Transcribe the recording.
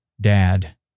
dad